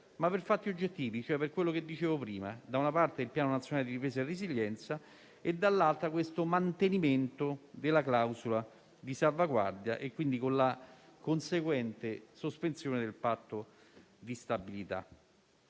ma per i fatti oggettivi che prima ricordavo: da una parte il Piano nazionale di ripresa e resilienza e, dall'altra, il mantenimento della clausola di salvaguardia, con la conseguente sospensione del Patto di stabilità.